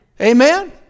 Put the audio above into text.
Amen